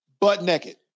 butt-naked